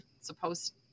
supposed